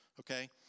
Okay